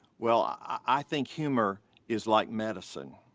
well i think humor is like medicine.